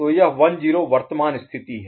तो यह 1 0 वर्तमान स्थिति है